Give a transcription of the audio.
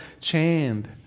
chained